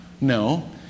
No